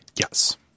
yes